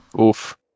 Oof